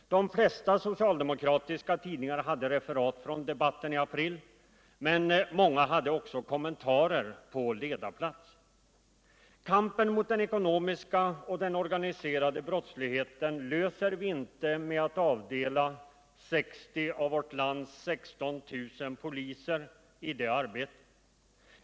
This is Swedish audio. De flesta socialdemokratiska tidningar hade däremot tagit in referat från debatten i april och många hade också kommentarer på ledarplats. Kampen mot den ekonomiska och den organiserade brottsligheten vinner vi inte med att avdela 60 av vårt lands 16 000 poliser i det arbetet!